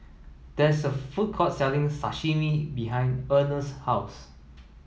there is a food court selling Sashimi behind Ernest's house